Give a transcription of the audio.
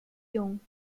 jung